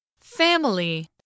Family